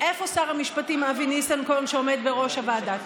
איפה שר המשפטים אבי ניסנקורן, שעומד בראש הוועדה?